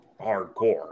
hardcore